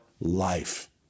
life